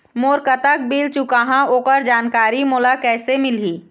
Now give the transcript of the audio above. मोर कतक बिल चुकाहां ओकर जानकारी मोला कैसे मिलही?